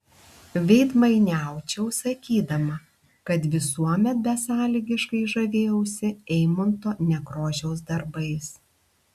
veidmainiaučiau sakydama kad visuomet besąlygiškai žavėjausi eimunto nekrošiaus darbais